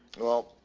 well,